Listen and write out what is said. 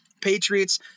Patriots